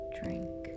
drink